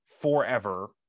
forever